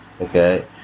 okay